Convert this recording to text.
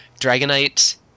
Dragonite